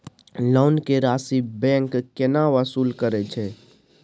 Loan के राशि bank केना वसूल करे छै?